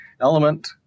element